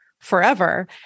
forever